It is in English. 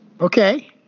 Okay